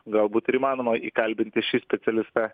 galbūt įmanoma įkalbinti šį specialistą